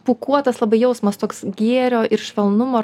pūkuotas labai jausmas toks gėrio ir švelnumo